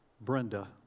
Brenda